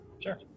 Sure